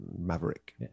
Maverick